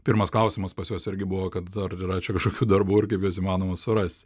pirmas klausimas pas juos irgi buvo kad ar yra čia kažkokių darbų ir kaip juos įmanoma suras